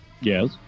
Yes